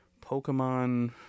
Pokemon